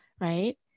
right